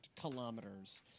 kilometers